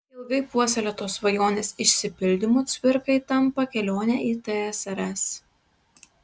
ilgai puoselėtos svajonės išsipildymu cvirkai tampa kelionė į tsrs